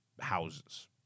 houses